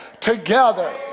together